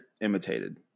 imitated